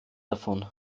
davon